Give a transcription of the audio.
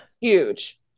Huge